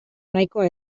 nahikoa